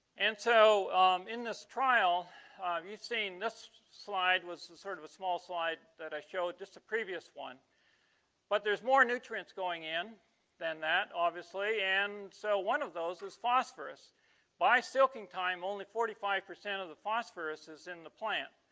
and so in this trial you've seen this slide was sort of a small slide that i showed just a previous one but there's more nutrients going in than that obviously and so one of those is phosphorus by silking time only forty five percent of the phosphorus is in the plant